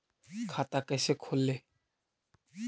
खाता कैसे खोले?